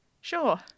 Sure